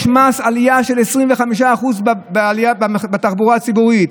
יש מס, עלייה של 25% בתחבורה הציבורית.